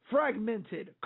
Fragmented